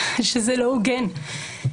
שזה לא הוגן.